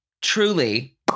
truly